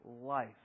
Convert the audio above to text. life